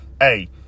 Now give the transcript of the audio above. Hey